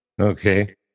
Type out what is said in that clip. Okay